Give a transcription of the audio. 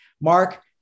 Mark